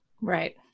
Right